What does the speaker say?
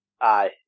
Aye